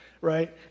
right